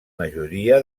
majoria